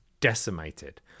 decimated